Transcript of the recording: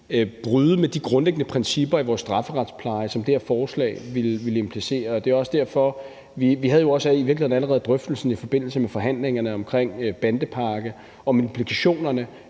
bryde med de grundlæggende principper i vores strafferetspleje, og det er det, det her forslag ville implicere. Vi havde jo også i virkeligheden allerede drøftelsen i forbindelse med forhandlingerne omkring bandepakken om implikationerne